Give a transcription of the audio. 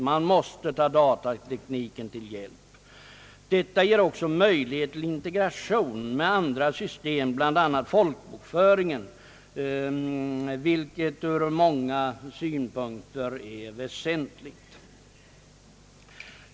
Man måste ta datatekniken till hjälp. Detta ger också möjlighet till integration med andra system, bland annat folkbokföringen vilket ur många synpunkter är väsentligt.